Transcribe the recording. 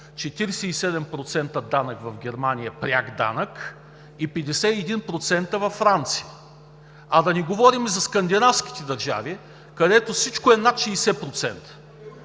47% данък в Германия – пряк данък, и 51% във Франция. Да не говорим за скандинавските държави, където всичко е над 60%.